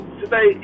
today